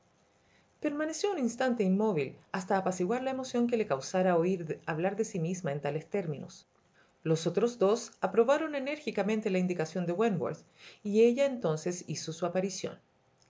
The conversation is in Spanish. permaneció un instante inmóvil hasta apaciguar la emoción que le causara oír hablar de sí misma en tales términos los otros dos aprobaron enérgicamente la indicación de wentworth y ella entonces hizo su aparición